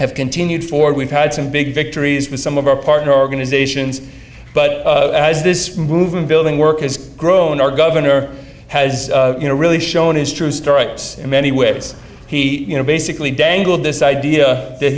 have continued for we've had some big victories with some of our partner organizations but as this movement building work has grown our governor has you know really shown his true story in many ways he you know basically dangled this idea that